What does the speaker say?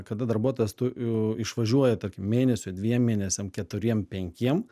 kada darbuotojas tu a išvažiuoja tarkim mėnesiui dviem mėnesiam keturiem penkiem